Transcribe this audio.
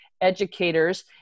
educators